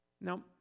Now